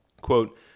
Quote